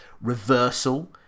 reversal